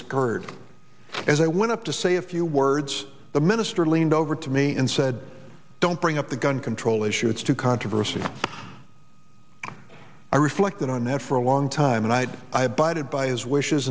skirt as i went up to say a few words the minister leaned over to me and said don't bring up the gun control issue it's too controversy i reflected on that for a long time and i had i abided by his wishes